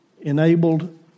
enabled